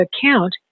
account